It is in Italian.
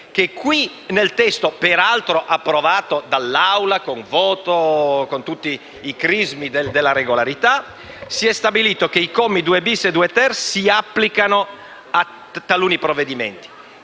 che in questo testo, peraltro approvato dall'Assemblea secondo tutti i crismi della regolarità, si è stabilito che i commi 2-*bis* e 2-*ter* si applicano a taluni provvedimenti.